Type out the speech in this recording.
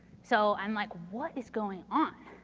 so, i'm like, what is going on?